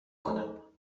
کنم